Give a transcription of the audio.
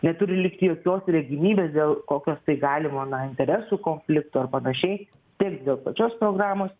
neturi likti jokios regimybės dėl kokios tai galimo na interesų konflikto ar panašiai tiek dėl pačios programos